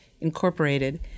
Incorporated